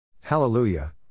Hallelujah